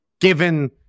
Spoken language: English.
given